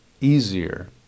easier